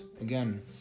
Again